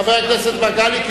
חבר הכנסת מגלי והבה,